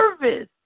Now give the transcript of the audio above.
service